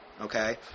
Okay